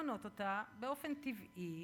למנות אותה באופן טבעי